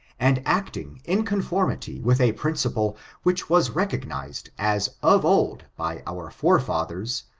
and acting in conformity with a principle which was recognized as of old by our forefathers,